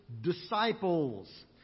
disciples